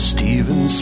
Steven